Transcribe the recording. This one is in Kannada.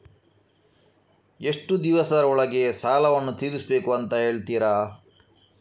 ಎಷ್ಟು ದಿವಸದ ಒಳಗೆ ಸಾಲವನ್ನು ತೀರಿಸ್ಬೇಕು ಅಂತ ಹೇಳ್ತಿರಾ?